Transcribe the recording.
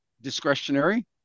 Discretionary